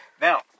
Now